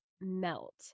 melt